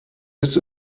biss